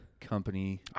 company